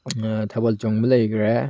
ꯊꯥꯕꯜ ꯆꯣꯡꯕ ꯂꯩꯈ꯭ꯔꯦ